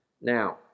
Now